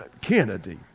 Kennedy